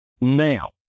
now